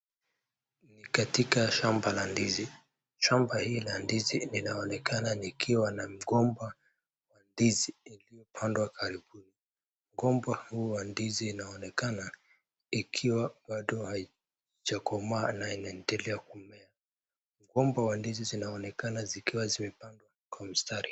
Ni katika shamba la ndizi shamba hii la ndizi inaonekana ikiwa na mgomba wa ndizi iliyopandwa karibuni mgomba huu wa ndizi inaonekana ikiwa bado haijakomaa na inaendelea kumea mgomba wa ndizi zinaonekana zikiwa zimepandwa kwa mstari.